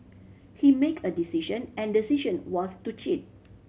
he make a decision and the decision was to cheat